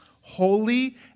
holy